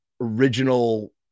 original